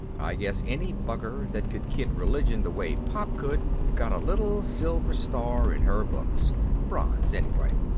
i guess any bugger that could kid religion the way pop could got a little silver star in her books. bronze, anyway.